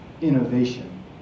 innovation